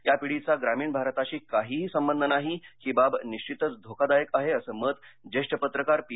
या पिढीचा ग्रामीण भारताशी काहीही संबंध नाही ही बाब निश्वितच धोकादायक आहे असं मत ज्येष्ठ पत्रकार पी